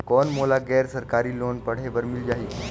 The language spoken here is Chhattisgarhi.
कौन मोला गैर सरकारी लोन पढ़े बर मिल जाहि?